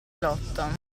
lotta